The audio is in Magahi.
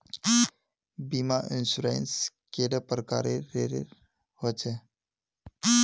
बीमा इंश्योरेंस कैडा प्रकारेर रेर होचे